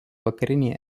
vakarinėje